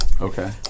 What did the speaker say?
Okay